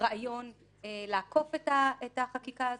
רעיון לעקוף את החקיקה הזאת.